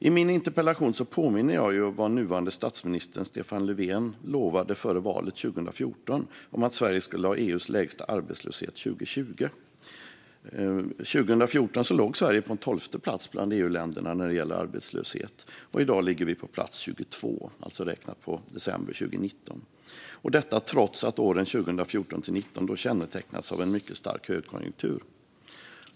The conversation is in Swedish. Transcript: I min interpellation påminner jag om vad nuvarande statsminister Stefan Löfven lovade före valet 2014: att Sverige skulle ha EU:s lägsta arbetslöshet 2020. År 2014 låg Sverige på plats 12 bland EU-länderna när det gäller arbetslöshet. Nu ligger vi på plats 22, räknat på december 2019. Detta gör vi trots att åren 2014-2019 kännetecknades av en mycket stark högkonjunktur.